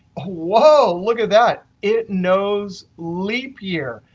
whoa, look at that. it knows leap year.